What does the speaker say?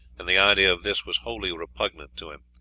and the idea of this was wholly repugnant to him.